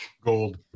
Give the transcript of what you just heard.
Gold